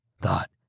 thought